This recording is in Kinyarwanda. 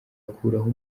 akuraho